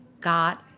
got